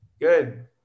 Good